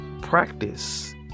practice